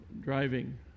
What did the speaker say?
driving